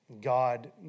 God